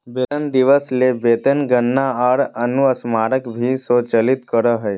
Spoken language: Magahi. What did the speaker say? वेतन दिवस ले वेतन गणना आर अनुस्मारक भी स्वचालित करो हइ